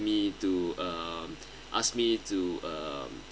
me to um ask me to um